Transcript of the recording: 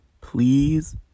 Please